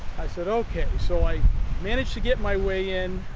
i said okay so i managed to get my way in.